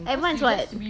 advance [what]